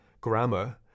grammar